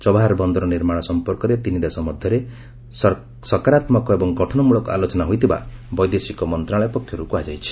Chabahar ବନ୍ଦର ନିର୍ମାଣ ସମ୍ପର୍କରେ ତିନି ଦେଶ ମଧ୍ୟରେ ସରକାରାତ୍ମକ ଏବଂ ଗଠନ ମୂଳକ ଆଲୋଚନା ହୋଇଥିବା ବୈଦେଶିକ ମନ୍ତ୍ରଣାଳୟ ପକ୍ଷରୁ କୁହାଯାଇଛି